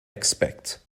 expect